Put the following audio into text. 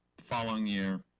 following year,